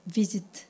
visit